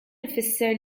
ifisser